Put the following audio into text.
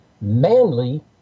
manly